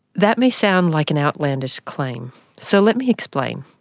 that may sound like an outlandish claim, so let me explain.